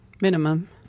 minimum